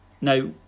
now